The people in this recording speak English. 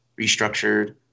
restructured